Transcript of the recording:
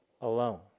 alone